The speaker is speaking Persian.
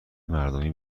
مردمی